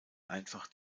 einfach